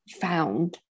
found